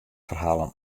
ferhalen